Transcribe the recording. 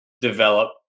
develop